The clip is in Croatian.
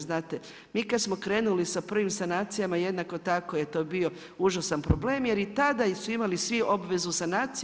Znate, mi kad smo krenuli sa prvim sanacijama jednako tako je to bio užasan problem, jer i tada su imali svi obvezu sanacije.